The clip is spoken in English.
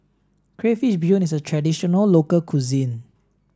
Crayfish Beehoon is a traditional local cuisine